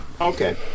Okay